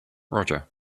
roger